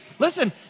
Listen